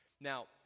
Now